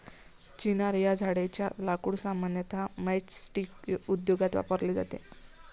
चिनार या झाडेच्या लाकूड सामान्यतः मैचस्टीक उद्योगात वापरले जाते